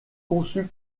conçu